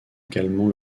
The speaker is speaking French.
également